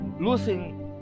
losing